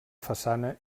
façana